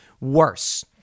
worse